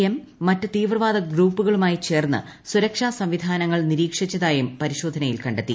M മറ്റ് തീവ്രവാദ ഗ്രൂപ്പുകളുമായി ചേർന്ന് സുരക്ഷാ സംവിധാനങ്ങൾ നിരീക്ഷിച്ചതായും പരിശോധനയിൽ കണ്ടെത്തി